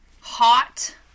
hot